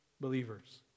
believers